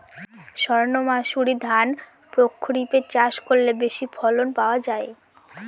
সর্ণমাসুরি ধান প্রক্ষরিপে চাষ করলে বেশি ফলন পাওয়া যায়?